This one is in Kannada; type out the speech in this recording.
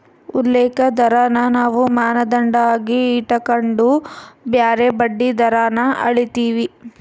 ಉಲ್ಲೇಖ ದರಾನ ನಾವು ಮಾನದಂಡ ಆಗಿ ಇಟಗಂಡು ಬ್ಯಾರೆ ಬಡ್ಡಿ ದರಾನ ಅಳೀತೀವಿ